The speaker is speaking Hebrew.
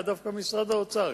זה היה דווקא משרד האוצר.